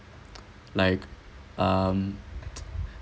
like um